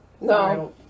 No